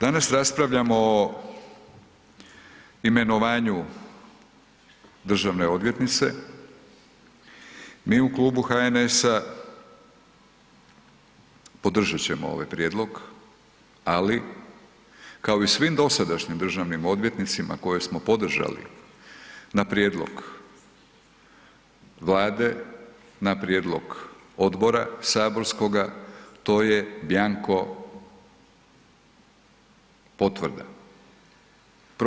Danas raspravljamo o imenovanju državne odvjetnice, mi u klubu HNS-a podržat ćemo ovaj prijedlog, ali kao i svim dosadašnjim državnim odvjetnicima koje smo podržali na prijedlog Vlade, na prijedlog odbora saborskoga, to je bjanko potvrda.